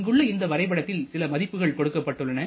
இங்கு உள்ள இந்த வரைபடத்தில் சில மதிப்புகள் கொடுக்கப்பட்டுள்ளன